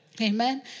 Amen